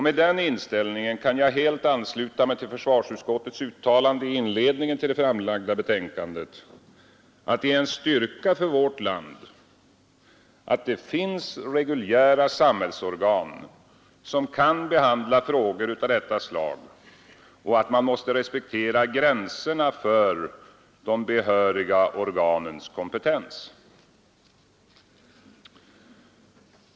Med denna inställning kan jag helt ansluta mig till försvarsutskottets uttalande i inledningen till det framlagda betänkandet, att det är en styrka för vårt land att det finns reguljära samhällsorgan, som kan behandla frågor av detta slag, och att man måste respektera gränserna för de behöriga organens kompetens.